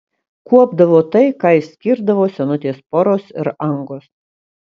kuopdavo tai ką išskirdavo senutės poros ir angos